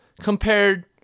compared